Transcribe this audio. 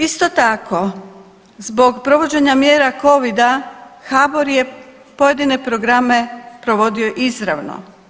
Isto tako, zbog provođenja mjera Covida HBOR je pojedine programe provodio izravno.